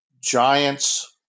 Giants